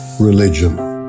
religion